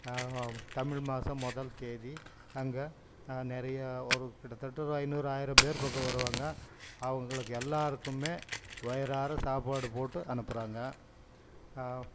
தமிழ் மாதம் முதல் தேதி அங்கே நிறையா ஒரு கிட்டத்தட்ட ஒரு ஐநூறு ஆயிரம் பேர் பக்கம் வருவாங்க அவங்களுக்கு எல்லாருக்குமே வயிறார சாப்பாடு போட்டு அனுப்புகிறாங்க